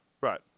right